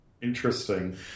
Interesting